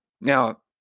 now